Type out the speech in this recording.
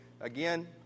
again